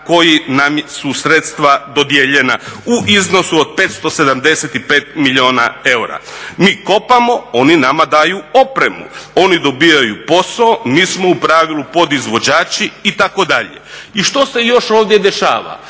koji su nam sredstva dodijeljena u iznosu od 575 milijuna eura. Mi kopamo, oni nama daju opremu. Oni dobivaju posao, mi smo u pravilu podizvođači itd. I što se još ovdje dešava?